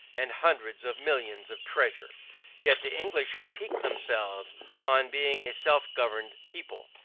and hundreds of millions of treasure yet the english pique themselves on being a self-governed people.